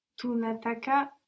Tunataka